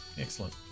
Excellent